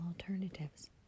alternatives